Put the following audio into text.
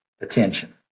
attention